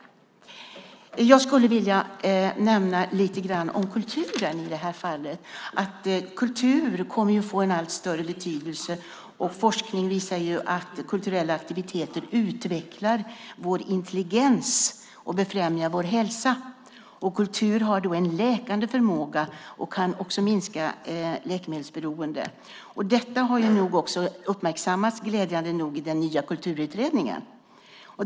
Jag skulle vilja nämna lite grann om kulturen i det här fallet. Kultur kommer att få en allt större betydelse. Forskning visar att kulturella aktiviteter utvecklar vår intelligens och främjar vår hälsa. Kultur har då en läkande förmåga och kan också minska läkemedelsberoende. Detta har också, glädjande nog, uppmärksammats i den nya kulturutredningen.